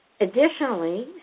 Additionally